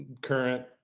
current